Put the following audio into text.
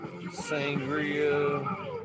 Sangria